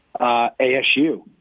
ASU